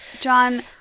John